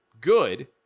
good